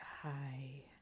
Hi